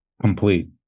complete